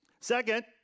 Second